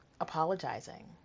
apologizing